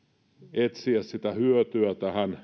etsiä hyötyä